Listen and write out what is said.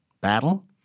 battle